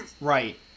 Right